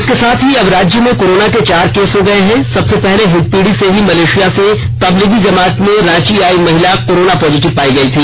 इसके साथ ही अब राज्य में कोरोना के चार केस हो गये हैं सबसे पहले हिंदपीढ़ी से ही मलेशिया से तबलीगी जमात में रांची आई महिला कोरोना पॉजिटिव पाई गई थी